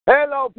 Hello